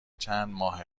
چندماه